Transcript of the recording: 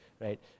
right